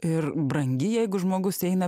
ir brangi jeigu žmogus eina